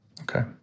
okay